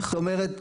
זאת אומרת,